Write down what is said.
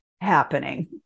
happening